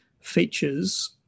features